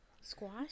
Squash